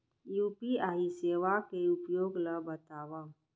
UPI सेवा के उपयोग ल बतावव?